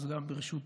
אז גם ברשותו,